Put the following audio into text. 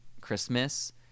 Christmas